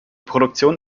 produktion